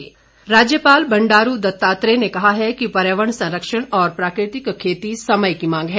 राज्यपाल राज्यपाल बंडारू दत्तात्रेय ने कहा है कि पर्यावरण संरक्षण और प्राकृतिक खेती समय की मांग है